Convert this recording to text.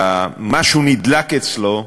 שמשהו נדלק אצלו,